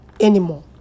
anymore